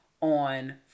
on